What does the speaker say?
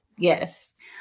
Yes